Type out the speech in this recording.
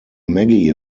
maggie